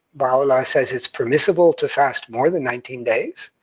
baha'u'llah says it's permissible to fast more than nineteen days,